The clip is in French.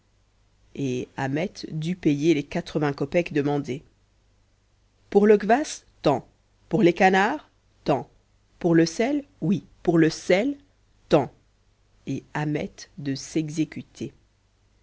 et ahmet dut payer les quatre-vingts kopeks demandés pour le kwass tant pour les canards tant pour le sel oui pour le sel tant et ahmet de s'exécuter